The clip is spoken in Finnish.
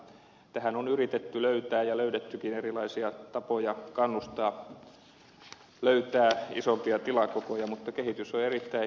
tähän on yritetty löytää ja löydettykin erilaisia tapoja kannustaa löytää isompia tilakokoja mutta kehitys on erittäin hidasta